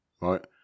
right